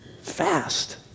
fast